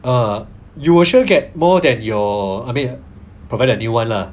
ah you will sure get more than your I mean provided new one lah